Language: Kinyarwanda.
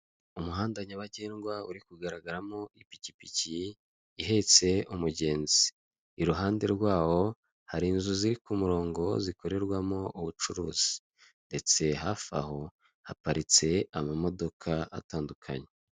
Umuhanda nyabagendwa uri kugaragaramo ipikipiki ihetse umugenzi, iruhande rwawo hari inzu ziri kumurongo zikorerwamo ubucuruzi ndetse hafi aho haparitse amamodoka atandukanye